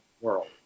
world